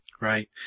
Right